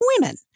women